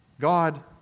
God